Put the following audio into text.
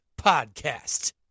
Podcast